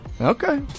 Okay